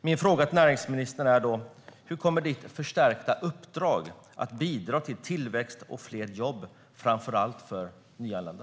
Min fråga till näringsministern är: Hur kommer ditt förstärkta uppdrag att bidra till tillväxt och fler jobb, framför allt för nyanlända?